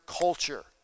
culture